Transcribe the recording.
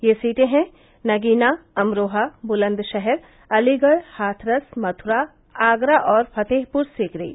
ये सीटें हैं नगीना अमरोहा ब्लंदशहर अलीगढ़ हाथरस मथ्रा आगरा और फतेहप्र सीकरी